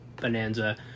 bonanza